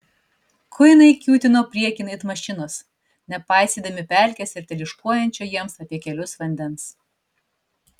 kuinai kiūtino priekin it mašinos nepaisydami pelkės ir teliūškuojančio jiems apie kelius vandens